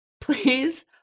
please